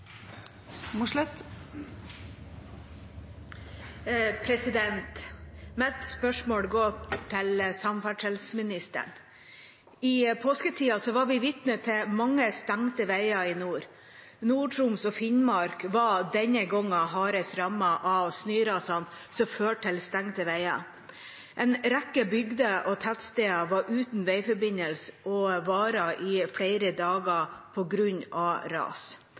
Mitt spørsmål går til samferdselsministeren. I påsketiden var vi vitne til mange stengte veier i nord. Nord-Troms og Finnmark var denne gangen hardest rammet av snørasene som førte til stengte veier. En rekke bygder og tettsteder var uten veiforbindelse – og det varte i flere dager – på grunn av ras.